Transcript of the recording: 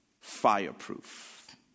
fireproof